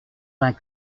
vingt